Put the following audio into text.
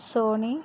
Sony